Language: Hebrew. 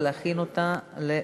ולהכין אותה בוועדה.